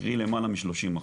קרי למעלה מ-30 אחוזים.